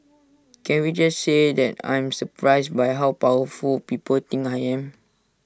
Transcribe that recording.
can we just say that I'm surprised by how powerful people think I am